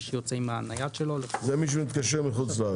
מי שיוצא עם הנייד שלו לחוץ לארץ ומתקשר לארץ.